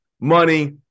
money